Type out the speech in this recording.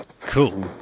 cool